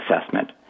assessment